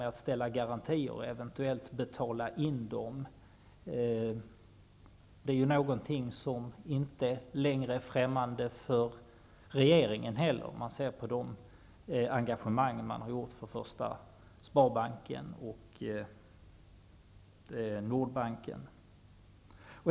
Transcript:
Att ställa garantier och eventuellt betala in dem är ju inte någonting som längre är främmande för regeringen heller. Man kan se på engagemangen beträffande Första sparbanken och Nordbanken.